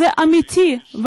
זה אמיתי,